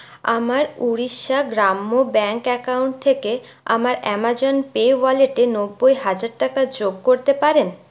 আমার Odisha Gramya bank account থেকে আমার আমাজন পে ওয়ালেটে নব্বই হাজার টাকা যোগ করতে পারেন